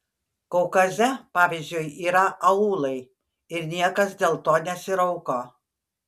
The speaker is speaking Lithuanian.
kaukaze pavyzdžiui yra aūlai ir niekas dėl to nesirauko